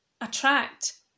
attract